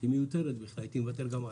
היא מיותרת בכלל, הייתי מוותר גם עליה.